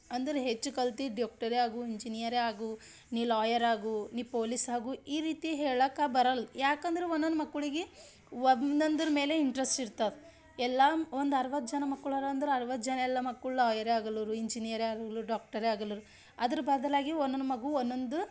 ಅಂದರೆ ಹೆಚ್ಚು ಕಲ್ತು ಡಾಕ್ಟರೇ ಆಗು ಇಂಜಿನಿಯರೇ ಆಗು ನೀ ಲಾಯರ್ ಆಗು ನೀ ಪೊಲೀಸ್ ಆಗು ಈ ರೀತಿ ಹೇಳಕ್ಕ ಬರಲ್ಲ ಯಾಕಂದ್ರೆ ಒಂದೊಂದು ಮಕ್ಕಳಿಗಿ ಒಂದೊಂದರ ಮೇಲೆ ಇಂಟ್ರೆಸ್ಟ್ ಇರ್ತದೆ ಎಲ್ಲ ಒಂದು ಅರ್ವತ್ತು ಜನ ಮಕ್ಳು ಅರ ಅಂದ್ರೆ ಅರ್ವತ್ತು ಜನ ಎಲ್ಲ ಮಕ್ಕಳು ಲಾಯರೇ ಆಗಲ್ಲೋರು ಇಂಜಿನಿಯರೇ ಆಗ್ಲೊರು ಡಾಕ್ಟರೇ ಆಗಲೊರು ಅದ್ರ ಬದಲಾಗಿ ಒಂದೊಂದು ಮಗು ಒಂದೊಂದು